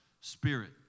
spirit